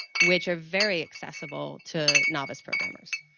which are very accessible to navas programmers.